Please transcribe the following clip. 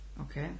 Okay